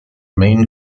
main